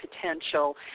potential